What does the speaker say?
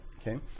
Okay